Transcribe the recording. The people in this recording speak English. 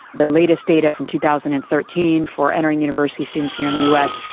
the latest data from two thousand and thirteen for entering university students here in the us,